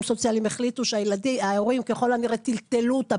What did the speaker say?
הסוציאליים החליטו שההורים ככל הנראה טלטלו אותה,